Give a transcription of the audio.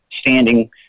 standing